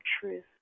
truth